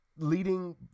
Leading